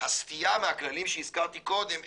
שהסטייה מהכללים שהזכרתי קודם הכרחית.